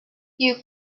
you